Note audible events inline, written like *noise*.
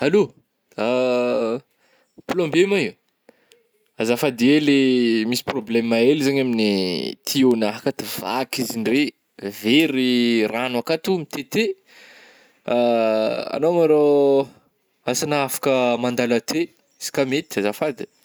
Allô, *hesitation* plombier ma io?azafady hely misy probléème hely zany amin'ny tiôgna akato. Vaky izy ndre, very ragno akato mitete, *hesitation* agnao ma rô ôh ansa na afaka mandalo aty izy ka mety azafady.